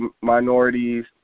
minorities